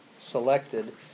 selected